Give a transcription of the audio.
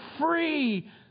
free